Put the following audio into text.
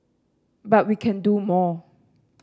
but we can do more